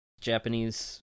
Japanese